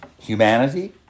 Humanity